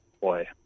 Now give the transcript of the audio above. boy